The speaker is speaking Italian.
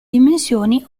dimensioni